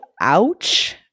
ouch